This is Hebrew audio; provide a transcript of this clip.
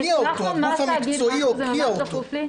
הגוף המקצועי הוקיע אותו.